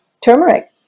turmeric